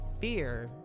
fear